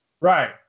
Right